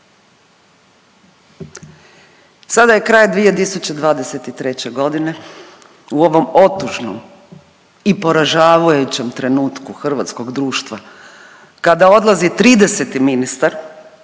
Sada je kraj 2023. godine u ovom otužnom i poražavajućem trenutku hrvatskog društva kada odlazi 30-ti ministar